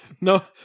No